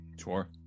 sure